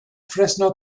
fresno